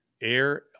air